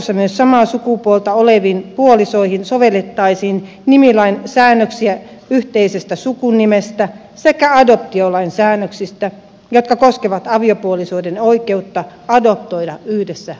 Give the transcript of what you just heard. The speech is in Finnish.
jatkossa myös samaa sukupuolta oleviin puolisoihin sovellettaisiin nimilain säännöksiä yhteisestä sukunimestä sekä adoptiolain säännöksiä jotka koskevat aviopuolisoiden oikeutta adoptoida yhdessä lapsi